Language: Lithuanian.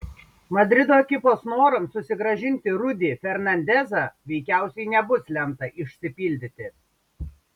madrido ekipos norams susigrąžinti rudy fernandezą veikiausiai nebus lemta išsipildyti